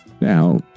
Now